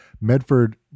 Medford